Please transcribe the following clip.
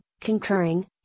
concurring